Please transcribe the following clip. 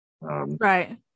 Right